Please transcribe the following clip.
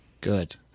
Good